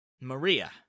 Maria